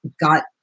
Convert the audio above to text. got